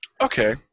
Okay